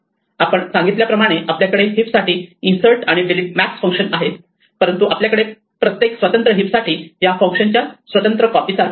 आपण सांगितल्याप्रमाणे आपल्याकडे हिप साठी इन्सर्ट आणि डिलीट मॅक्स फंक्शन आहेत परंतु आपल्याकडे प्रत्येक स्वतंत्र हीप साठी या फंक्शनच्या स्वतंत्र कॉपी सारखे आहे